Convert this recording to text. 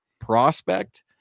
prospect